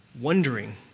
wondering